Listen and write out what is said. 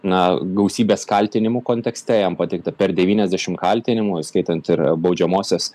na gausybės kaltinimų kontekste jam pateikta per devyniasdešimt kaltinimų įskaitant ir baudžiamosios